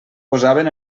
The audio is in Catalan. posaven